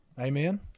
amen